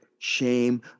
shame